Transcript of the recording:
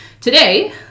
Today